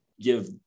give